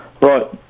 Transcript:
Right